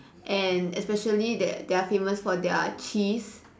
and especially that they are famous for their cheese